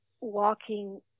walking